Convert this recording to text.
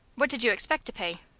what did you expect to pay?